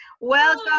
Welcome